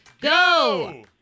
Go